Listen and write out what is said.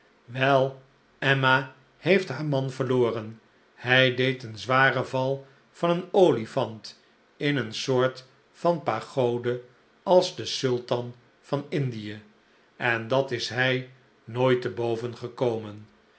wel emma heeft haar man verloren hij deed een zwaren val van een olifant in eene soort van pagode als de sultan van indie en dat is hij nooit te boven gekomen